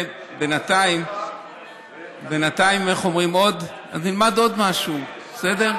בינתיים, איך אומרים, נלמד עוד משהו, בסדר?